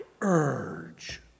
urge